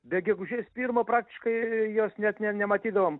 be gegužės pirmo praktiškai jos net ne nematydavom